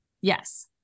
Yes